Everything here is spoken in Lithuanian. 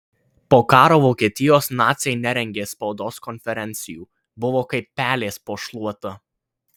po karo vokietijos naciai nerengė spaudos konferencijų buvo kaip pelės po šluota